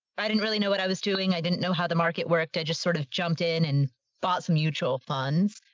i didn't really know what i was doing. i didn't know how the market worked. i just sort of jumped in and bought some mutual funds.